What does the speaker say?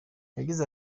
yagize